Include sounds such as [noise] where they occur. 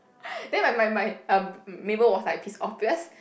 [laughs] then my my my um neighbour was like pissed off because